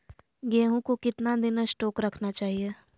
गेंहू को कितना दिन स्टोक रखना चाइए?